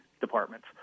departments